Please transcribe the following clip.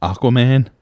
Aquaman